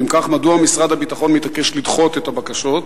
אם כך, מדוע משרד הביטחון מתעקש לדחות את הבקשות?